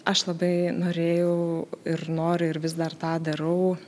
aš labai norėjau ir noriu ir vis dar tą darau